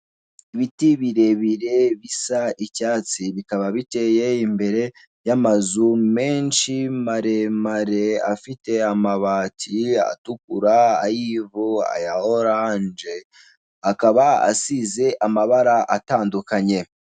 Ibiti birebire bisa icyatsi bikaba biteye imbere y'amazu menshi maremare afite amabati atukura, ay'ivu, aya oranje akaba asize amabara atandukanye.